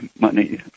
money